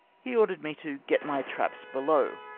he ordered me to get my traps below.